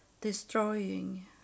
destroying